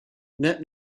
net